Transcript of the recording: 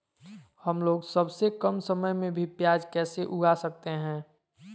हमलोग सबसे कम समय में भी प्याज कैसे उगा सकते हैं?